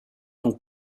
ton